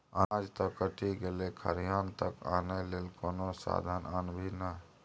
अनाज त कटि गेलै खरिहान तक आनय लेल कोनो साधन आनभी ने